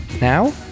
Now